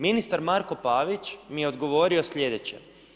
Ministar Marko Pavić mi je odgovorio sljedeće.